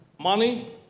Money